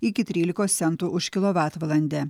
iki trylikos centų už kilovatvalandę